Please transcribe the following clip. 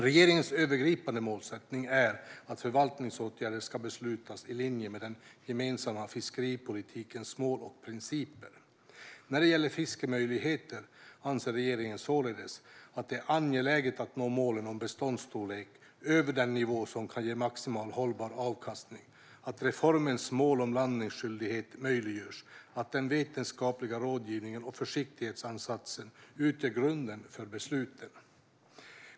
Regeringens övergripande målsättning är att förvaltningsåtgärder ska beslutas i linje med den gemensamma fiskeripolitikens mål och principer. När det gäller fiskemöjligheter anser regeringen således att det är angeläget att nå målen om beståndsstorlek över den nivå som kan ge maximalt hållbar avkastning, att reformens mål om landningsskyldighet möjliggörs och att den vetenskapliga rådgivningen och försiktighetsansatsen utgör grunden för besluten.